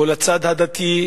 או לצד הדתי,